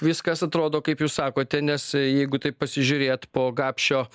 viskas atrodo kaip jūs sakote nes jeigu taip pasižiūrėt po gapšio